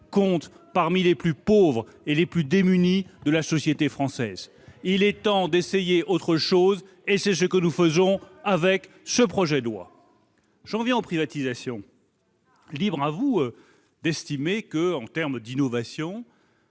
comptent parmi les plus pauvres et les plus démunis de la société française. Il est temps d'essayer autre chose, et c'est ce que nous faisons avec ce projet de loi ! J'en viens aux privatisations. Libre à vous d'estimer que, en matière d'innovation,